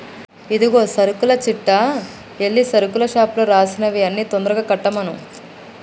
ఇదిగో సరుకుల చిట్టా ఎల్లి సరుకుల షాపులో రాసినవి అన్ని తొందరగా కట్టమను